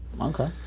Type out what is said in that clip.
Okay